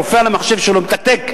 הרופא על המחשב שלו מתקתק,